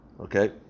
Okay